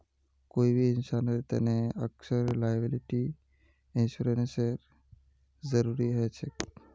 कोई भी इंसानेर तने अक्सर लॉयबिलटी इंश्योरेंसेर जरूरी ह छेक